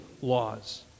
laws